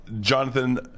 Jonathan